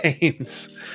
games